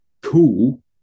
cool